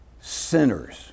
sinners